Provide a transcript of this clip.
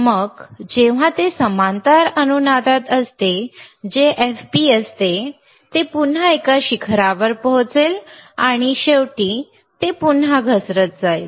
मग जेव्हा ते समांतर अनुनादात असते जे fp असते ते पुन्हा एका शिखरावर पोहोचेल आणि शेवटी शेवटी हे पुन्हा घसरत जाईल